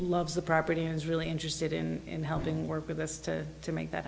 loves the property and is really interested in helping work with us to to make that